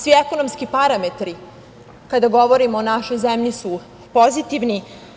Svi ekonomski parametri kada govorimo o našoj zemlji su pozitivni.